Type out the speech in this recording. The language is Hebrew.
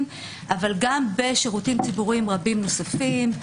אבל גם בשירותים ציבוריים רבים נוספים.